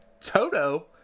Toto